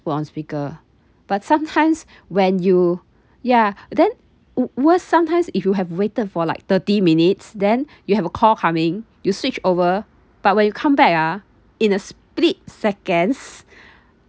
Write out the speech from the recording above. put on speaker but sometimes when you ya then wor~ worse sometimes if you have waited for like thirty minutes then you have a call coming you switch over but when you come back ah in a split second